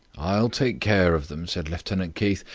i'll take care of them, said lieutenant keith,